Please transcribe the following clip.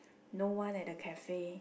no one at the cafe